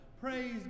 Praise